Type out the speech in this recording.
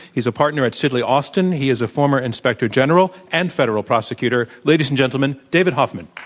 he's a partner at sidley austin. he is a former inspector general and federal prosecutor. ladies and gentlemen, david hoffman.